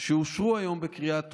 שאושרו היום בקריאה טרומית.